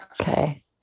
Okay